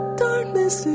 darkness